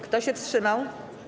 Kto się wstrzymał?